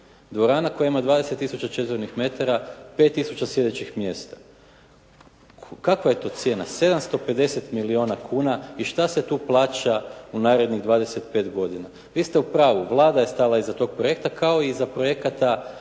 Dvorana koja ima 20 tisuća četvornih metara, 5 tisuća sjedećih mjesta. Kakva je to cijena? 750 milijuna kuna. I što se tu plaća u narednih 25 godina? Vi ste u pravu, Vlada je stala iza tog projekta, kao i iza projekata